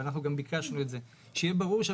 ואנחנו גם ביקשנו שיהיה ברור.